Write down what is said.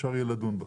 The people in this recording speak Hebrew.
אפשר יהיה לדון בה.